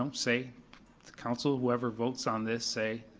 um say to council, whoever votes on this, say,